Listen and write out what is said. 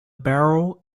barrel